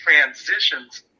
transitions